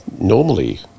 normally